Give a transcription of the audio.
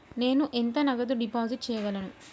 నేను ఎంత నగదు డిపాజిట్ చేయగలను?